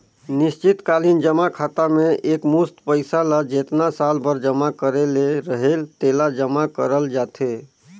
निस्चित कालीन जमा खाता में एकमुस्त पइसा ल जेतना साल बर जमा करे ले रहेल तेला जमा करल जाथे